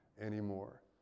anymore